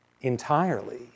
entirely